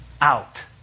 out